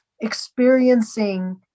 experiencing